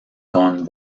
con